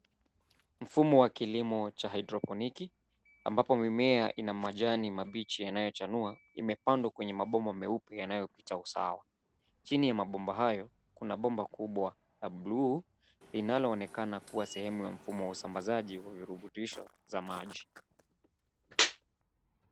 Mfumo wa kilimo cha haidroponiki ambapo mimea ina majani mabichi yanayochanua, imepandwa kwenye mabomba meupe yanayopita usawa. Chini ya mabomba hayo, kuna bomba kubwa la bluu inaloonekana kuwa sehemu ya mfumo wa usambazaji wa virutubisho vya maji.